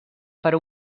per